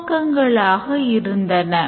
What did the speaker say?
இவை accounts package ல் உள்ளன